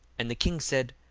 and the king said,